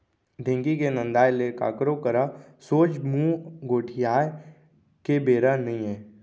ढेंकी के नंदाय ले काकरो करा सोझ मुंह गोठियाय के बेरा नइये